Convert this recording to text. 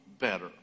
better